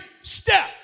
step